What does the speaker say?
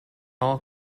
all